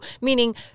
meaning